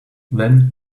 then